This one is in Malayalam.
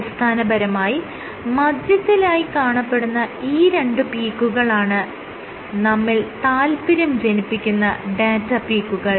അടിസ്ഥാനപരമായി മധ്യത്തിലായി കാണപ്പെടുന്ന ഈ രണ്ട് പീക്കുകളാണ് നമ്മിൽ താല്പര്യം ജനിപ്പിക്കുന്ന ഡാറ്റ പീക്കുകൾ